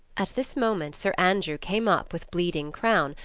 at this moment sir andrew came up with bleeding crown,